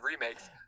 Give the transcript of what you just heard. remakes